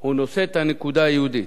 הוא נושא את "הנקודה היהודית",